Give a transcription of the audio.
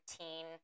routine